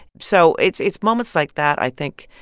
so it's it's moments like that, i think,